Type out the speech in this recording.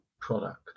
product